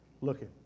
looking